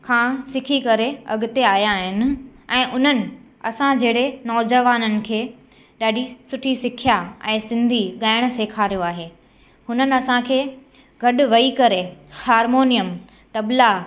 खां सिखी करे अॻिते आहिया आहिनि ऐं उन्हनि असां जहिड़े नौजवाननि खे ॾाढी सुठी सिखिया ऐं सिंधी ॻाइणु सेखारियो आहे हुननि असांखे गॾु वेही करे हारिमोनियम तबिला